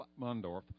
Mundorf